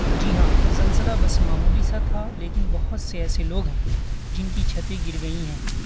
جی ہاں زلزلہ بس معمولی سا تھا لیکن بہت سے ایسے لوگ ہیں جن کی چھتیں گر گئی ہیں